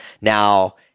Now